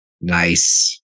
Nice